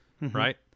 right